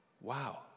wow